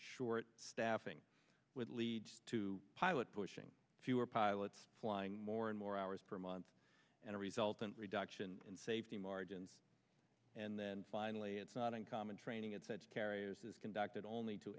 short staffing would lead to pilot pushing fewer pilots flying more and more hours per month and a resultant reduction in safety margins and then finally it's not uncommon training at such carriers is conducted only t